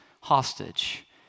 hostage